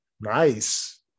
nice